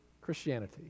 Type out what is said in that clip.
Christianity